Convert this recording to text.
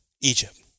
Egypt